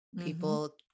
People